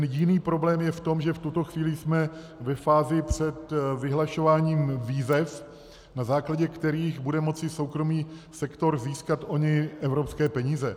Jiný problém je v tom, že v tuto chvíli jsme ve fázi před vyhlašováním výzev, na základě kterých bude moci soukromý sektor získat ony soukromé peníze.